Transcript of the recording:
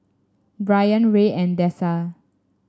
Bryan Rey and Dessa